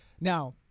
now